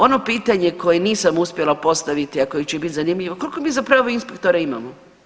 Ono pitanje koje nisam uspjela postaviti, a koje će biti zanimljivo koliko mi zapravo inspektora imamo?